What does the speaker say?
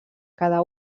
cada